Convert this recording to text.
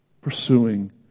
pursuing